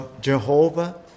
Jehovah